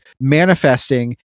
manifesting